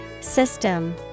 System